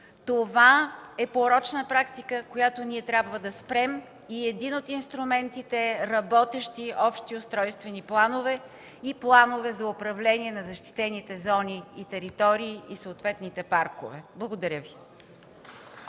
Това е порочна практика, която трябва да спрем, и един от инструментите са работещи общи устройствени планове и планове за управление на защитените зони и територии и съответните паркове. Благодаря Ви.